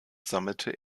sammelte